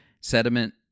Sediment